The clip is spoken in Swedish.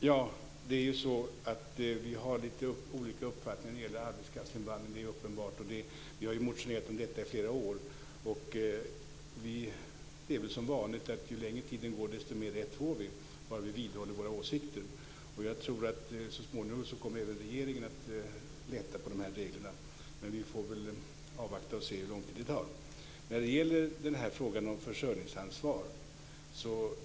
Herr talman! Det är uppenbart att vi har lite olika uppfattning om arbetskraftsinvandring. Vi har motionerat om detta i flera år. Det är väl som vanligt, nämligen att ju längre tiden går desto mer rätt får vi - bara vi vidhåller våra åsikter. Så småningom kommer även regeringen att lätta på reglerna. Vi får väl avvakta och se hur lång tid det tar. Sedan var det frågan om försörjningsansvaret.